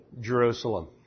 Jerusalem